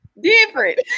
Different